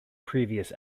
previous